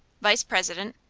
vice-president,